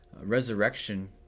resurrection